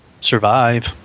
survive